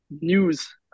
news